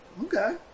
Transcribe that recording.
Okay